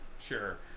Sure